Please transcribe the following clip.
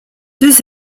deux